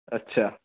اچھا